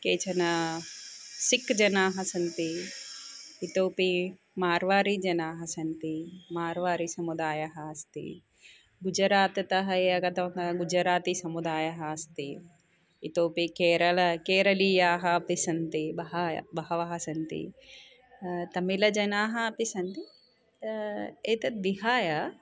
केचन सिक् जनाः सन्ति इतोऽपि मार्वारी जनाः सन्ति मार्वारिसमुदायः अस्ति गुजरात्तः ये आगताः गुजरातीसमुदायः अस्ति इतोऽपि केरलं केरलीयाः अपि सन्ति बहवः बहवः सन्ति तमिलजनाः अपि सन्ति एतत् विहाय